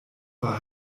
war